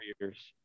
years